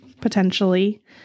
potentially